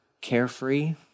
carefree